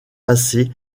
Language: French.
passé